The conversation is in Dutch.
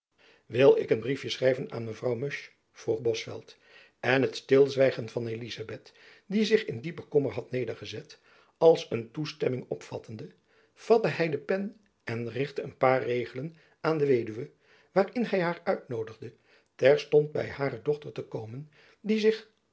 wil ik een briefjen schrijven aan mevrouw musch vroeg bosveldt en het stilzwijgen van elizabeth die zich in diepen kommer had nedergezet als een toestemming opvattende vatte hy de pen en richtte een paar regelen aan de weduwe waarin hy haar uitnoodigde terstond by hare dochter te komen die zich